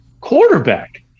quarterback